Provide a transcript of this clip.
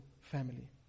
family